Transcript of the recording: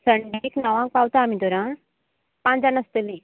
Sunday ठीक णवाक पावता आमी तर आं पांच जाण आसतलीं